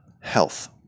health